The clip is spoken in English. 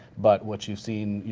but what you've seen,